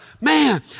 man